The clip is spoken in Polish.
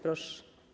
Proszę.